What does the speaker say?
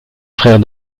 frère